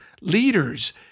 leaders